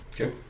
okay